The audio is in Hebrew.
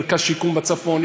מרכז שיקום בצפון,